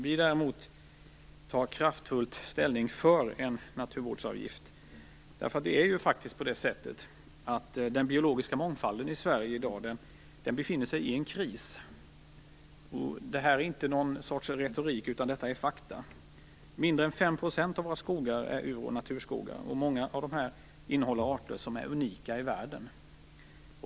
Vi tar däremot kraftfull ställning för en naturvårdsavgift, därför att den biologiska mångfalden i Sverige i dag befinner sig i en kris. Detta är inte någon sorts retorik utan fakta. Mindre än 5 % av våra skogar är ur och naturskogar. Många av dem innehåller arter som är unika i världen.